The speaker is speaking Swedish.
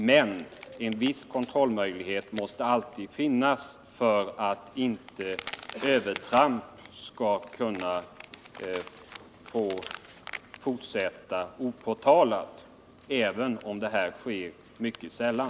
Men en viss kontrollmöjlighet måste alltid finnas för att inte övertramp skall kunna göras opåtalade, även om det sker mycket sällan.